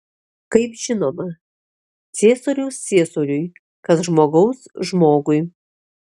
kaip žinoma ciesoriaus ciesoriui kas žmogaus žmogui